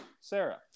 sarah